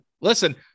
listen